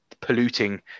polluting